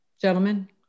Gentlemen